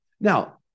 Now